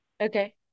Okay